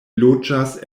loĝas